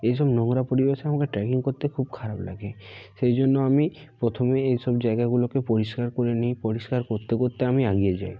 ওই সব নোংরা পরিবেশে আমাকে ট্রেকিং করতে খুব খারাপ লাগে সেই জন্য আমি প্রথমে এই সব জায়গাগুলোকে পরিষ্কার করে নিই পরিষ্কার করতে করতে আমি এগিয়ে যাই